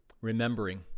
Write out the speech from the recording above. remembering